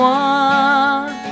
one